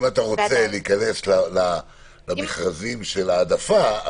אם אתה רוצה להיכנס למכרזים של העדפה,